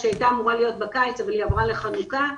היא הייתה אמורה להיות בקיץ אבל היא תתקיים בחנוכה.